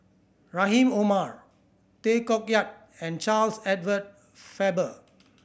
Rahim Omar Tay Koh Yat and Charles Edward Faber